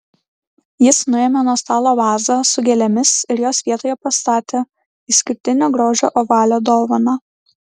jis nuėmė nuo stalo vazą su gėlėmis ir jos vietoje pastatė išskirtinio grožio ovalią dovaną